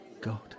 God